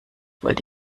wollte